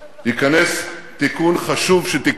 ייכנס תיקון חשוב שתיקנו.